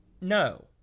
No